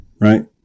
right